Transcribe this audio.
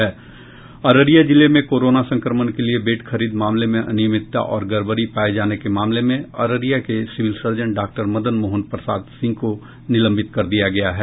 अररिया जिले में कोरोना संक्रमण के लिए बेड खरीद मामले में अनियमितता और गड़बड़ी पाये जाने के आरोप में civil surgeon doctor Madan Mohan Prasad Singh को निलंबित कर दिया गया है